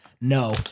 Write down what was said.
no